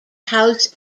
house